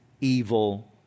evil